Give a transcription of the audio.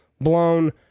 blown